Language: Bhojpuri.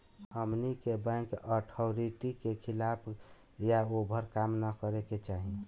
हमनी के बैंक अथॉरिटी के खिलाफ या ओभर काम न करे के चाही